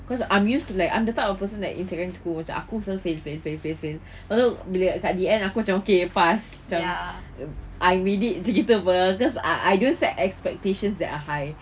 because I'm used to like I'm the type of person like in secondary school macam aku dah fail fail fail fail fail lepas tu bila kat the end aku macam okay pass macam I made it jelita bah cause I I do set expectation that are high